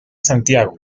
santiago